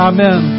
Amen